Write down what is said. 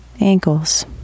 ankles